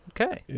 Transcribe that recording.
Okay